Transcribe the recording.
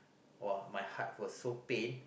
!wah! my heart was so pain